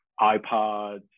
ipods